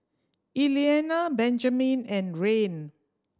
Eliana Benjamin and Rayne